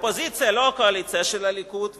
לא הקואליציה של הליכוד וש"ס.